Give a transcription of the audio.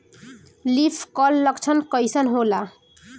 Leaf curl लक्षण कइसन होला?